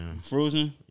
Frozen